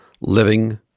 living